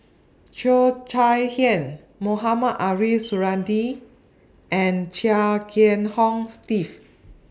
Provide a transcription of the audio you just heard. Cheo Chai Hiang Mohamed Ariff Suradi and Chia Kiah Hong Steve